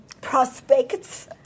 prospects